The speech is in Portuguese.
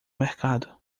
mercado